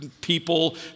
people